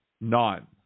None